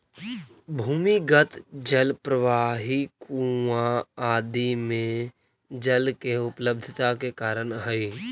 भूमिगत जल प्रवाह ही कुआँ आदि में जल के उपलब्धता के कारण हई